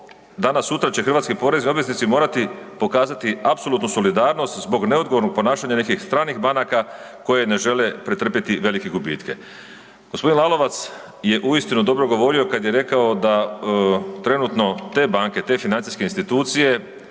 danas sutra će hrvatski porezni obveznici morati pokazati apsolutnu solidarnost zbog neodgovornog ponašanja nekih stranih banaka koje ne žele pretrpjeti velike gubitke. Gospodin Lalovac je uistinu dobro govorio kada je rekao da trenutno te banke, te financijske institucije